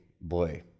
boy